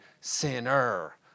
sinner